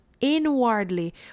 inwardly